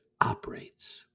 operates